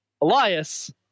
Elias